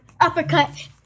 uppercut